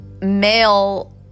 male